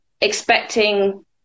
expecting